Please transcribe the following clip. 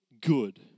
good